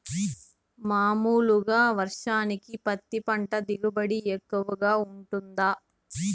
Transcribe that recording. మామూలుగా వర్షానికి పత్తి పంట దిగుబడి ఎక్కువగా గా వుంటుందా?